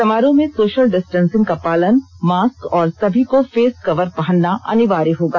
समारोह में social distancing का पालन मास्क और सभी को फेसकवर पहनना अनिवार्य होगा